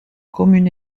commune